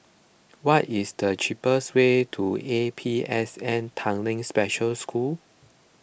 what is the cheapest way to A P S N Tanglin Special School